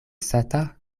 sata